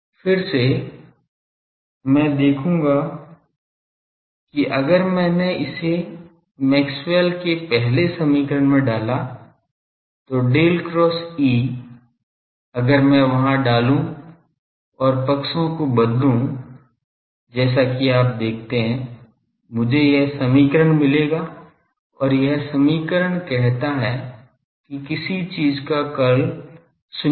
फिर से मैं देखूंगा कि अगर मैंने इसे मैक्सवेल के पहले समीकरण में डाला तो डेल क्रॉस E अगर मैं वहां डालूं और और पक्षों को बदल दूं जैसा कि आप देखते हैं मुझे यह समीकरण मिलेगा और यह समीकरण कहता है कि किसी चीज़ का कर्ल शून्य है